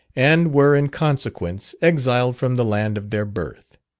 and were in consequence exiled from the land of their birth.